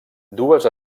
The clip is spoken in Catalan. dues